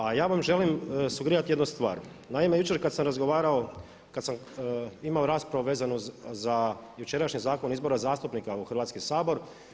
A ja vam želim sugerirati jednu stvar, naime jučer kad sam razgovarao, kad sam imao raspravu vezanu za jučerašnji Zakon o izboru zastupnika u Hrvatski sabor.